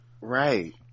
right